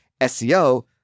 SEO